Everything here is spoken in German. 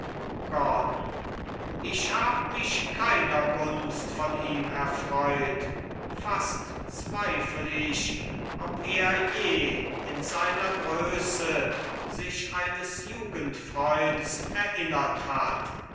gordon ich hab mich keiner gunst von ihm erfreut fast zweifl ich ob er je in seiner größe sich eines jugendfreunds erinnert hat